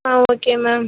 ah okay ma'am